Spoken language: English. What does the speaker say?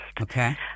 Okay